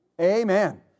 Amen